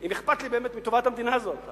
אם אכפת לי באמת מטובת המדינה הזאת.